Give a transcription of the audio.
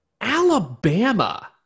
Alabama